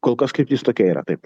kol kas kryptis tokia yra taip